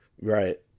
Right